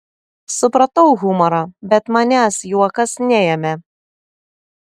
supratau humorą bet manęs juokas neėmė